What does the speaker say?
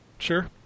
Sure